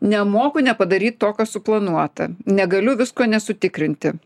nemoku nepadaryt to kas suplanuota negaliu visko nesutikrinti